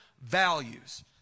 values